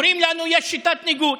אומרים לנו שיש שיטת ניקוד,